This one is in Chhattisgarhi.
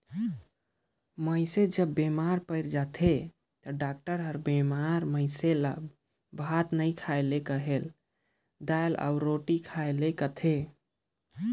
मइनसे जब बेमार पइर जाथे ता डॉक्टर हर बेमार मइनसे ल भात नी खाए ले कहेल, दाएल अउ रोटी खाए ले कहथे